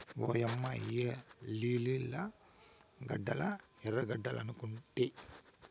ఓయమ్మ ఇయ్యి లిల్లీ గడ్డలా ఎర్రగడ్డలనుకొంటి